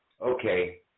okay